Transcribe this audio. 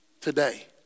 today